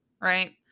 right